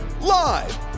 Live